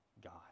God